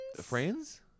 Friends